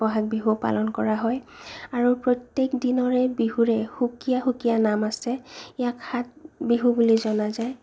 বহাগ বিহু পালন কৰা হয় আৰু প্ৰত্যেক দিনৰে বিহুৰে সুকীয়া সুকীয়া নাম আছে ইয়াক সাত বিহু বুলি জনা যায়